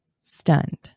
stunned